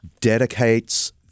dedicates